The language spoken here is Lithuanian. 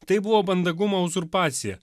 tai buvo mandagumo uzurpacija